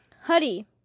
Huddy